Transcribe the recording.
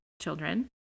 children